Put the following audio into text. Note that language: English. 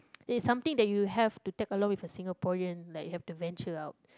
is something that you have to tag along with a Singaporean like you have to venture out